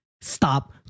Stop